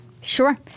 sure